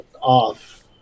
off